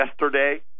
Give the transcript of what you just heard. yesterday